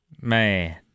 man